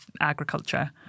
agriculture